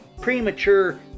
premature